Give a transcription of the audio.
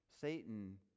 Satan